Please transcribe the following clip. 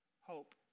hope